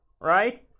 Right